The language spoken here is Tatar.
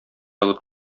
алып